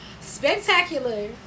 Spectacular